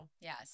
yes